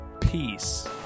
Peace